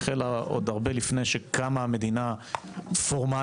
החלה עוד הרבה לפני שקמה מדינה פורמלית,